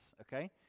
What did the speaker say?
Okay